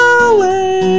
away